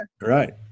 Right